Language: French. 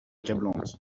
accablante